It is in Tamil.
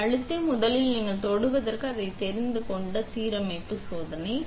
நீங்கள் அழுத்தி முதலில் நீங்கள் தொடுவதற்கு அதை கொண்டு வரக்கூடிய சீரமைப்பு சோதனை